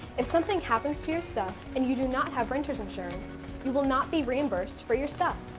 if something happens to your stuff and you do not have renter's insurance you will not be reimbursed for your stuff.